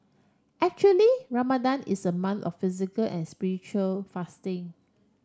actually Ramadan is a month of physical and spiritual fasting